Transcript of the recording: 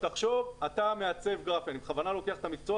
תחשוב שאתה מעצב גרפי אני בכוונה לוקח את המקצוע